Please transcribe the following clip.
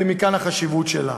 ומכאן החשיבות שלו.